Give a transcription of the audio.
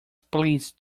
pleased